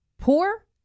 poor